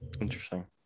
Interesting